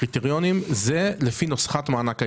הקריטריונים הם לפי נוסחת מענק האיזון.